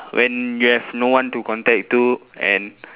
when you have no one to contact to and